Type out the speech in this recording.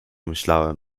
myślałem